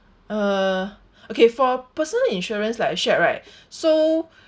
uh okay for personal insurance like I shared right so